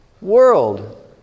world